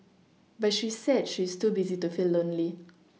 but she said she is too busy to feel lonely